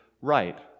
right